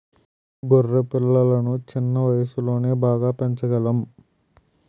గొర్రె పిల్లలను చిన్న వయసులోనే బాగా పెంచగలం